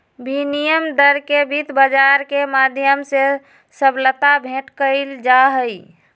विनिमय दर के वित्त बाजार के माध्यम से सबलता भेंट कइल जाहई